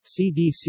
CDC